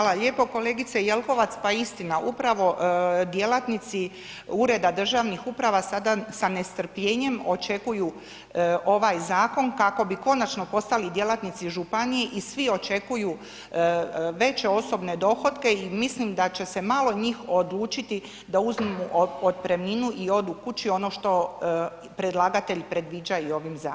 Hvala lijepo, kolegice Jelkovac pa istina, upravo djelatnici ureda državnih uprava sada sa nestrpljenjem očekuju ovaj zakon kako bi konačno postali djelatnici županije i svi očekuju veće osobne dohotke i mislim da će se malo njih odlučiti da uzmu otpremninu i odu kući ono što predlagatelj predviđa i ovim zakonom.